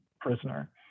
prisoner